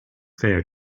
fair